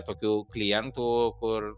tokių klientų kur